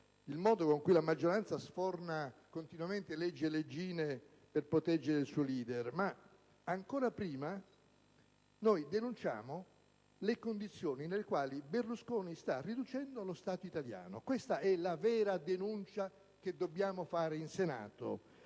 il modo con cui la maggioranza sforna continuamente leggi e leggine per proteggere il suo *leader*, ma ancora prima denunciamo le condizioni nelle quali Berlusconi sta riducendo lo Stato italiano: questa è la vera denuncia che dobbiamo fare in Senato.